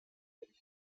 elegido